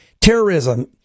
terrorism